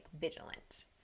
vigilant